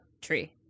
tree